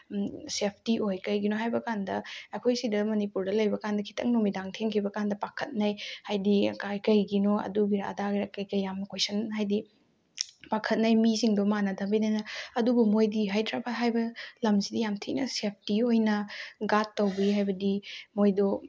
safety ꯑꯣꯏ ꯀꯩꯒꯤꯅꯣ ꯍꯥꯏꯕꯀꯥꯟꯗ ꯑꯩꯈꯣꯏ ꯁꯤꯗ ꯃꯅꯤꯄꯨꯔꯗ ꯂꯩꯕꯀꯥꯟꯗ ꯈꯤꯇꯪ ꯅꯨꯃꯤꯗꯥꯡ ꯊꯦꯡꯈꯤꯕꯀꯥꯟꯗ ꯄꯥꯈꯠꯅꯩ ꯍꯥꯏꯗꯤ ꯀꯩꯒꯤꯅꯣ ꯑꯗꯨꯒꯤꯔꯥ ꯑꯗꯥꯒꯤꯔꯥ ꯀꯩꯀꯩ ꯌꯥꯝ ꯀꯣꯏꯁꯟ ꯍꯥꯏꯗꯤ ꯄꯥꯛꯈꯠꯅꯩ ꯃꯤꯁꯤꯡꯗꯣ ꯃꯥꯟꯅꯗꯕꯅꯤꯅ ꯑꯗꯨꯕꯨ ꯃꯣꯏꯗꯤ ꯍꯥꯏꯗ꯭ꯔꯕꯥꯠ ꯍꯥꯏꯕ ꯂꯝꯁꯤꯗꯤ ꯌꯥꯝ ꯊꯤꯅ ꯁꯦꯞꯇꯤ ꯑꯣꯏꯅ ꯒꯥꯠ ꯇꯧꯕꯤ ꯍꯥꯏꯕꯗꯤ ꯃꯣꯏꯗꯣ